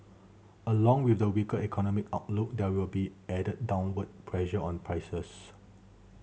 along with the weaker economic outlook there will be added downward pressure on prices